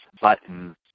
buttons